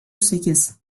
sekiz